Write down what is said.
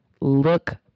look